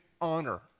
honor